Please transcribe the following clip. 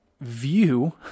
view